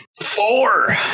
Four